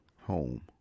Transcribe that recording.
home